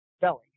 belly